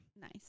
Nice